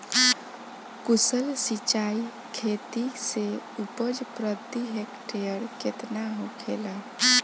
कुशल सिंचाई खेती से उपज प्रति हेक्टेयर केतना होखेला?